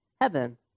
heaven